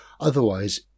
otherwise